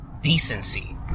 decency